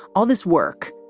all this work.